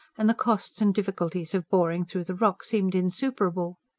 and the costs and difficulties of boring through the rock seemed insuperable.